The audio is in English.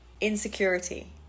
Insecurity